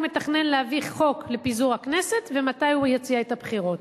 מתכנן להביא חוק לפיזור הכנסת ומתי הוא יציע את הבחירות.